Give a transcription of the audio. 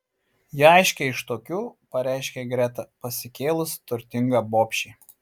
ji aiškiai iš tokių pareiškė greta pasikėlus turtinga bobšė